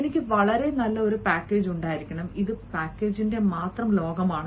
എനിക്ക് വളരെ നല്ല ഒരു പാക്കേജ് ഉണ്ടായിരിക്കണം ഇത് പാക്കേജിന്റെ ലോകമാണ്